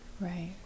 right